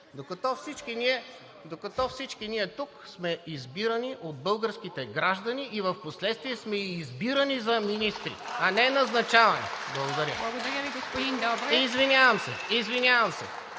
докато всички ние тук сме избирани от българските граждани и впоследствие сме избирани за министри, а не назначавани. Благодаря. (Ръкопляскания от